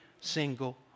single